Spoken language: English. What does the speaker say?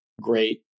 great